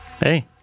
Hey